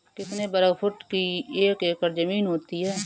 कितने वर्ग फुट की एक एकड़ ज़मीन होती है?